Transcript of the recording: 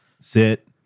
sit